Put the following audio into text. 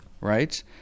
right